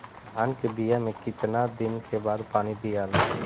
धान के बिया मे कितना दिन के बाद पानी दियाला?